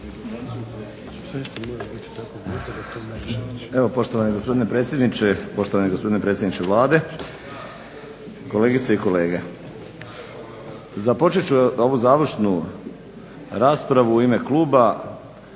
Evo poštovani gospodine predsjedniče, poštovani gospodine predsjedniče Vlade, kolegice i kolege. Počet ću ovu završnu raspravu u ime kluba